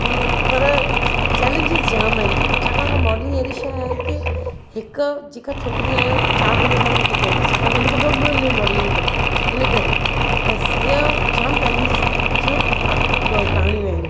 अं पर चैलेंजेस जामु आहिनि छाकाणि त मॉडलींग अहिड़ी शइ आहे की हिक जेकी छोकिरी आहे चार पंज साल टिकंदी छाकाणि त उनखां पोइ ॿियो नओं मॉडल ईंदो इन करे बस इहा जामु चैलेंजेस जो आहे क कहाणियूं आहिनि